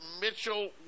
Mitchell